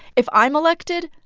if i'm elected,